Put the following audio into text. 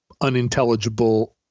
unintelligible